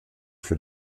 für